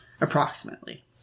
approximately